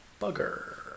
bugger